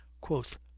quoth